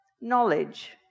knowledge